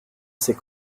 ses